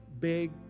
big